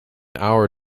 our